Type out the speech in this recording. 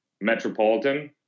metropolitan